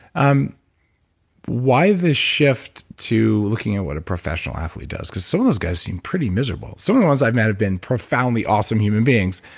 um why the shift to looking at what a professional athlete does? because some so of those guys seem pretty miserable. some of the ones i've met have been profoundly awesome human beings,